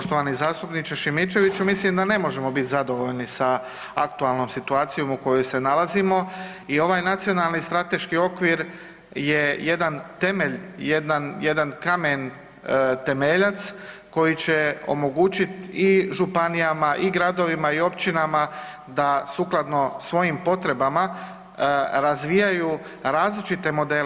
Poštovani zastupniče Šimičeviću, mislim da ne možemo biti zadovoljni sa aktualnom situacijom u kojoj se nalazimo i ovaj nacionalni strateški okvir je jedan temelj, jedan kamen temeljac koji će omogući i županijama i gradovima i općinama da sukladno svojim potrebama razvijaju različite modele.